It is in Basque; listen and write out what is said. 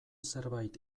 zerbait